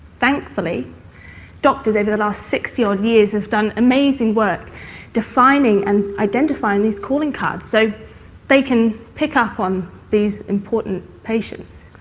thankfully doctors over the last sixty odd years have done amazing work defining and identifying these calling cards so they can pick up on these important patients.